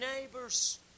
neighbors